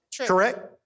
Correct